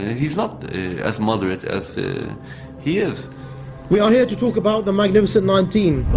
he's not as moderate as he is we are here to talk about the magnificent nineteen